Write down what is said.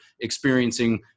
experiencing